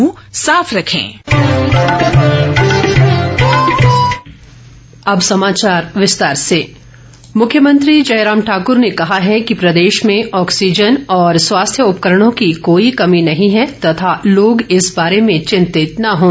मुख्यमंत्री मुख्यमंत्री जयराम ठाकर ने कहा है कि प्रदेश में ऑक्सीजन और स्वास्थ्य उपकरणों की कोई कमी नहीं है तथा लोग इस बारे में चिंतित न हों